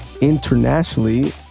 internationally